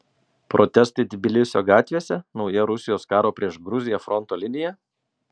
protestai tbilisio gatvėse nauja rusijos karo prieš gruziją fronto linija